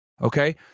Okay